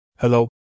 Hello